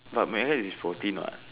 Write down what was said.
but mayonnaise is protein what